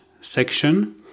section